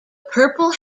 purple